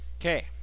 Okay